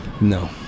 No